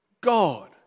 God